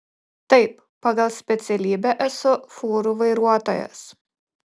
taip pagal specialybę esu fūrų vairuotojas